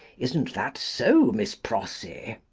isn't that so, miss prossy?